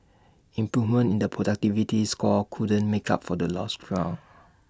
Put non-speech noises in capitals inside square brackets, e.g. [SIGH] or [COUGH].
improvement in the productivity score couldn't make up for the lost [NOISE] ground